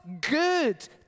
good